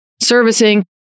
servicing